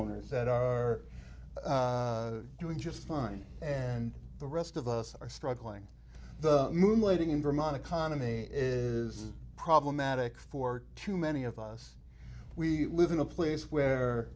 owners that are doing just fine and the rest of us are struggling moonlighting in vermont economy is problematic for too many of us we live in a place where